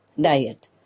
diet